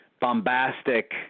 bombastic